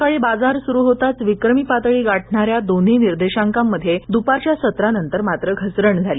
सकाळी बाजार सुरू होताच विक्रमी पातळी गाठणाऱ्या दोन्ही निर्देशांकात दुपारच्या सत्रानंतर मात्र घसरण झाली